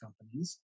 companies